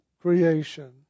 creation